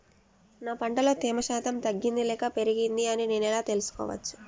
నా పంట లో తేమ శాతం తగ్గింది లేక పెరిగింది అని నేను ఎలా తెలుసుకోవచ్చు?